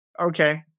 okay